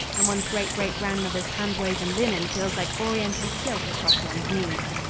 and one's great-great-grandmother's hand-woven linen feels like oriental silk across one's knees.